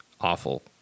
awful